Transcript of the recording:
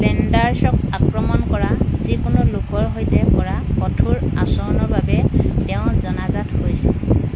ফ্লেণ্ডাৰ্ছক আক্ৰমণ কৰা যিকোনো লোকৰ সৈতে কৰা কঠোৰ আচৰণৰ বাবে তেওঁ জনাজাত হৈছিল